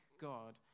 God